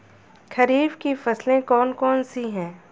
खरीफ की फसलें कौन कौन सी हैं?